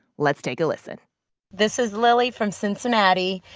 let's take a listen this is lily from cincinnati.